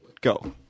go